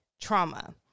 trauma